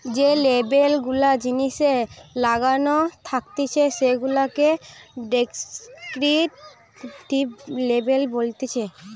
যে লেবেল গুলা জিনিসে লাগানো থাকতিছে সেগুলাকে ডেস্ক্রিপটিভ লেবেল বলতিছে